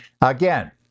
again